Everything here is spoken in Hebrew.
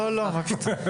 לא, מה פתאום.